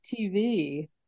TV